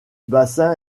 bassin